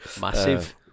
Massive